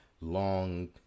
long